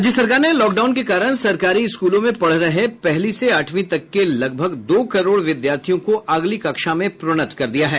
राज्य सरकार ने लॉकडाउन के कारण सरकारी स्कूलों में पढ़ रहे पहली से आठवीं तक के लगभग दो करोड़ विद्यार्थियों को अगली कक्षा में प्रोन्नत कर दिया है